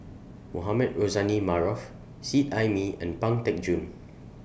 Mohamed Rozani Maarof Seet Ai Mee and Pang Teck Joon